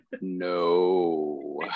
no